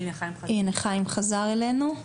אוקיי, אז חיים חזר אלינו.